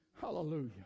Hallelujah